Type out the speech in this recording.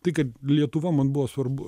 tai kad lietuva man buvo svarbu